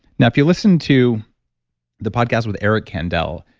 now, if you listen to the podcast with eric kandel,